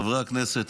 חברי הכנסת,